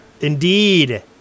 Indeed